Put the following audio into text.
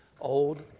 Old